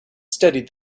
studied